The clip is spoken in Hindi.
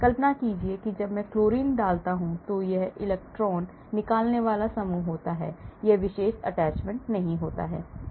कल्पना कीजिए कि जब मैं क्लोरीन डालता हूं तो यह एक इलेक्ट्रॉन निकालने वाला समूह होता है यह विशेष attachment नहीं होता है